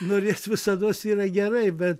norėt visados yra gerai bet